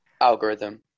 Algorithm